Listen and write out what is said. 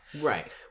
right